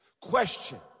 Question